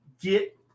get